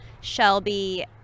Shelby